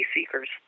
seekers